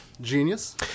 Genius